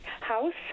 House